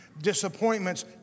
Disappointments